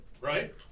Right